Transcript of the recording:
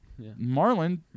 Marlon